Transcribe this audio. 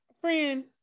Friend